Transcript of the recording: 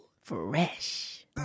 Fresh